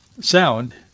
Sound